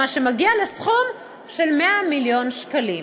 מה שמגיע לסכום של 100 מיליון שקלים.